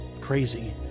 crazy